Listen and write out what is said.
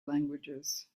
languages